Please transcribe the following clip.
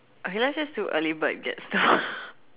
okay let's just do early bird gets the